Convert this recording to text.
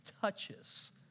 touches